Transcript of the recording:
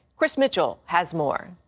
chris mitchell has more.